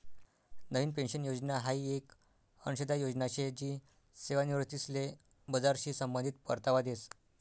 नवीन pension योजना हाई येक अंशदान योजना शे जी सेवानिवृत्तीसले बजारशी संबंधित परतावा देस